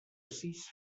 sis